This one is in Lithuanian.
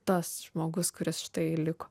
tas žmogus kuris štai liko